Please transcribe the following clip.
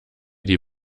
die